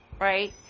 right